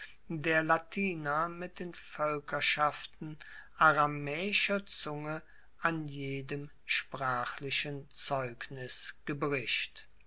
der latiner mit den voelkerschaften aramaeischer zunge an jedem sprachlichen zeugnis gebricht